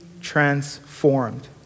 transformed